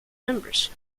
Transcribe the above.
members